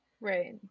Right